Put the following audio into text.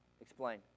Explain